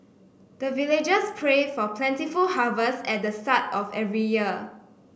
the villagers pray for plentiful harvest at the start of every year